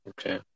Okay